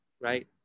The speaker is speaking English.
right